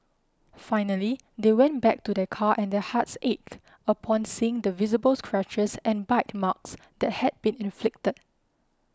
finally they went back to their car and their hearts ached upon seeing the visible scratches and bite marks that had been inflicted